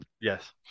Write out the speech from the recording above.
yes